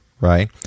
right